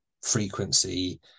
frequency